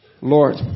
Lord